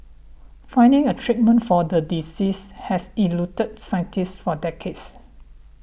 finding a treatment for the disease has eluded scientists for decades